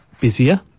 busier